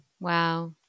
Wow